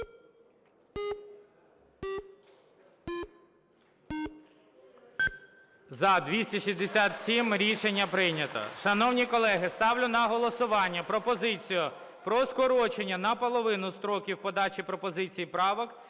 За-267 Рішення прийнято. Шановні колеги, ставлю на голосування пропозицію про скорочення наполовину строків подачі пропозицій і правок